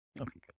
Okay